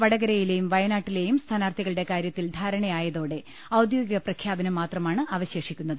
വടകരയിലെയും വയനാട്ടി ലെയും സ്ഥാനാർത്ഥികളുടെ കാര്യത്തിൽ ധാരണയായതോടെ ഔദ്യോ ഗിക പ്രഖ്യാപനം മാത്രമാണ് അവശേഷിക്കുന്നത്